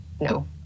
no